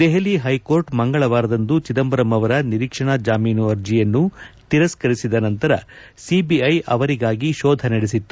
Delhi high court ಮಂಗಳವಾರದಂದು ಚಿದಂಬರಂ ಅವರ ನಿರೀಕ್ಷಣಾ ಜಾಮೀನು ಅರ್ಜಿಯನ್ನು ತಿರಸ್ನರಿಸಿದ ನಂತರ ಸಿಬಿಐ ಅವರಿಗಾಗಿ ಶೋಧ ನಡೆಸಿತ್ತು